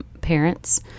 parents